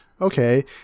okay